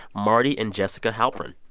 marty and jessica halprin.